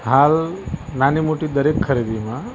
હાલ નાની મોટી દરેક ખરીદીમાં